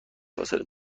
فاصله